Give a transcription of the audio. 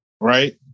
Right